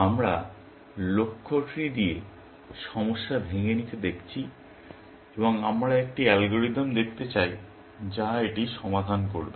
আমরা লক্ষ্য ট্রি দিয়ে সমস্যা ভেঙে নিতে দেখছি এবং আমরা একটি অ্যালগরিদম দেখতে চাই যা এটি সমাধান করবে